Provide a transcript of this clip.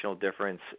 difference